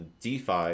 defi